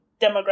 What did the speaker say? demographic